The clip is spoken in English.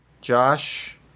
Josh